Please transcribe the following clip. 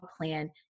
plan